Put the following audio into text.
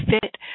fit